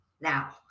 Now